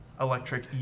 electric